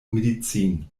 medizin